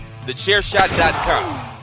TheChairShot.com